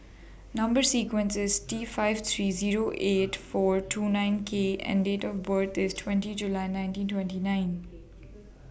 Number sequence IS T five three eight four two nine K and Date of birth IS twenty July nineteen twenty nine